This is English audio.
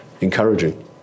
encouraging